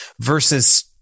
versus